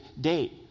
date